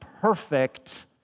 perfect